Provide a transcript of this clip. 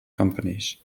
companies